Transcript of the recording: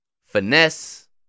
Finesse